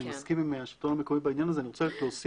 אני מסכים עם השלטון המקומי בעניין הזה --- אוה,